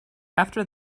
after